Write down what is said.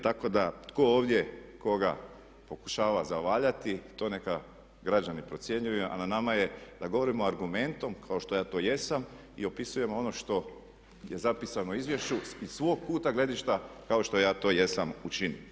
Tako da tko ovdje koga pokušava zavaljati to neka građani procjenjuju a na nama je da govorimo argumentom kao što to ja jesam i opisujemo ono što je zapisano u izvješću iz svog kuta gledišta kao što ja to jesam učinio.